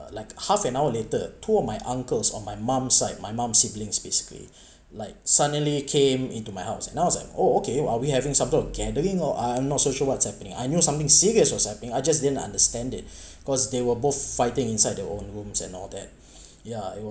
like half an hour later two of my uncles on my mum's side my mum’s siblings basically like suddenly came into my house and I was like oh okay are we having supper gathering or I'm not so sure what's happening I knew something serious was happening I just didn't understand it cause they were both fighting inside their own rooms and all that yeah it